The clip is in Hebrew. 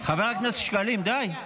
חבר הכנסת שקלים, די.